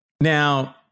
Now